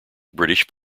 british